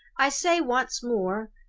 i say once more,